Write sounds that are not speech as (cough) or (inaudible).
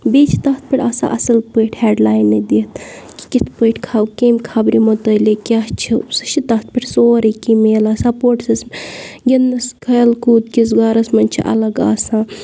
بیٚیہِ چھِ تَتھ پٮ۪ٹھ آسان اَصٕل پٲٹھۍ ہؠڈلاینہٕ دِتھ کہِ کِتھ پٲٹھۍ (unintelligible) کٔمۍ خَبرِ مُتعلِق کیٛاہ چھِ سُہ چھِ تَتھ پٮ۪ٹھ سورُے کینٛہہ میلان سَپوٹسَس گِنٛدنَس کھیل کوٗدکِس بارَس منٛز چھِ اَلگ آسان